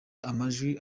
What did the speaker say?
amajwi